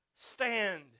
Stand